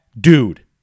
dude